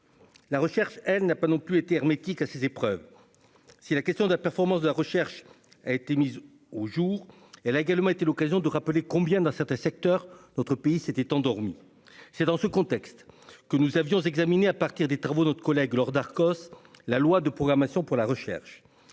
La recherche, elle, n'a pas non plus été hermétique à ces épreuves. La question de la performance de la recherche étant posée au grand jour, l'occasion a été donnée de rappeler combien, dans certains secteurs, notre pays s'était endormi. C'est dans un tel contexte que nous avions examiné, à partir des travaux de notre collègue Laure Darcos, le projet de loi de programmation de la recherche.